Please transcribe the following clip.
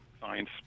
science